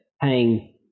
paying